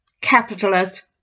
capitalist